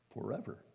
forever